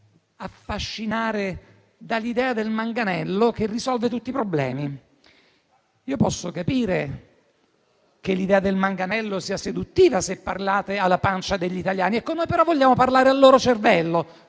affascinare dall'idea del manganello che risolve tutti i problemi. Io posso capire che l'idea del manganello sia seduttiva se parlate alla pancia degli italiani; noi però vogliamo parlare al loro cervello,